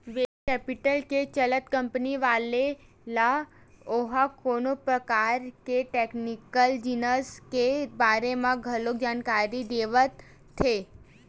venture capital के चलत company वाले ल ओहा कोनो परकार के टेक्निकल जिनिस के बारे म घलो जानकारी देवाथे